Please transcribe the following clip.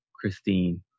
Christine